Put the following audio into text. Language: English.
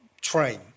Train